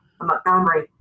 Montgomery